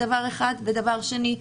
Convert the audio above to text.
דבר שני,